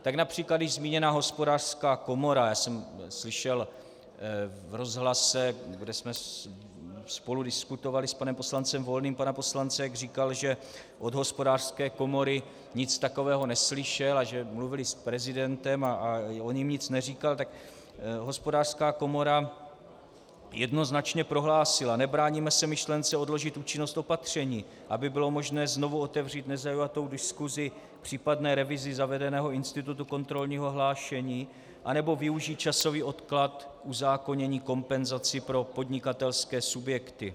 Tak například již zmíněná Hospodářská komora, já jsem slyšel v rozhlase, kde jsme spolu diskutovali s panem poslancem Volným, pana poslance, jak říkal, že od Hospodářské komory nic takového neslyšel a že mluvili s prezidentem a on jim nic neříkal, tak Hospodářská komora jednoznačně prohlásila: Nebráníme se myšlence odložit účinnost opatření, aby bylo možné znovu otevřít nezaujatou diskusi k případné revizi zavedeného institutu kontrolního hlášení nebo využít časový odklad uzákonění kompenzací pro podnikatelské subjekty.